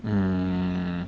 mm